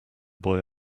boy